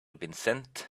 vincent